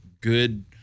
good